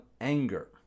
anger